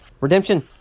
Redemption